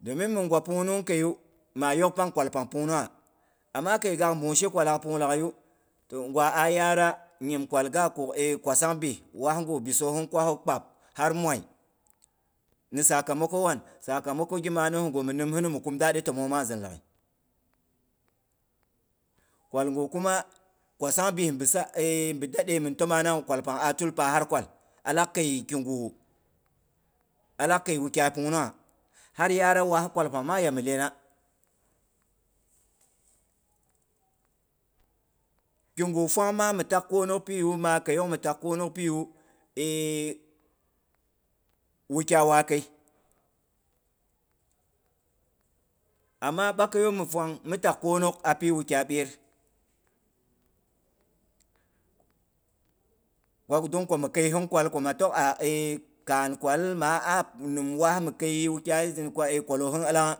Domin min gwa pungnung keiyu maa yok pang kwalpang pungnungha. Amma keigah bung kwalak pung laghaiyu, ngwa a yara nyim kwal ga kuk'gh kwasang bii waa, waa ngu bisohin kwahu kpab har moi. Ni sakamako wan? Ni sakamako gi manohingu mi nimhinu mi kum dadi təmong nangzin laghai. Kwalgu kuma kwasang bii, bi dade ye min təma nawu kwalpang a tul pahar kwal alaak kei kigu, allaak kei wukyai pungnungha har yaara waa kwalpang maa ya mi iyena. kigu fwangma mi tak kwonong pii wu, maa keiyong wu wukyai wakei. Amma ba kaiyom mi fwang ni tak kwonong api wu kyai byet. Wa ko dong ko mi kei hin kwal, ko maa tok a e kaan kwal, ma'a nim waa mi kei wukyaya zin ko kwalohin ilangha.